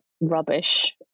rubbish